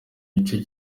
gice